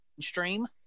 stream